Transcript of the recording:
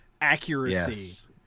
accuracy